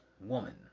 woman